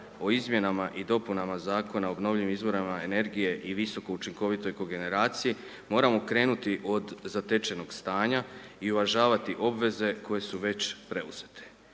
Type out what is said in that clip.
o izmjenama i dopunama Zakona o obnovljivim izboranima energije i visokoučinkovitoj kogerenraciji, moramo krenuti od zatečenog stanja i uvažavati obveze koje su već preuzete.